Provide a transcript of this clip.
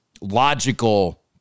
logical